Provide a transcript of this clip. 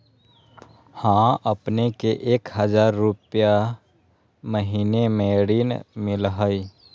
हां अपने के एक हजार रु महीने में ऋण मिलहई?